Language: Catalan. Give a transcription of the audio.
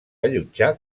allotjar